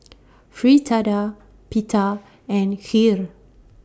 Fritada Pita and Kheer